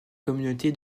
communauté